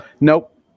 Nope